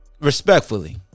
Respectfully